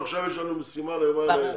אבל עכשיו יש לנו משימה ליומיים האלה,